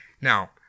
Now